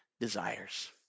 desires